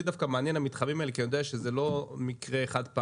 אותי מעניינים המתחמים האלה כי אני יודע שזה לא מקרה חד-פעמי.